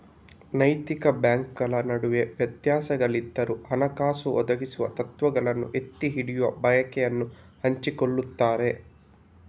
ನೈತಿಕ ಬ್ಯಾಂಕುಗಳ ನಡುವೆ ವ್ಯತ್ಯಾಸಗಳಿದ್ದರೂ, ಹಣಕಾಸು ಒದಗಿಸುವ ತತ್ವಗಳನ್ನು ಎತ್ತಿ ಹಿಡಿಯುವ ಬಯಕೆಯನ್ನು ಹಂಚಿಕೊಳ್ಳುತ್ತಾರೆ